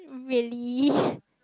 really